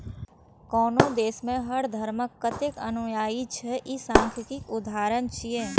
कोनो देश मे हर धर्मक कतेक अनुयायी छै, ई सांख्यिकीक उदाहरण छियै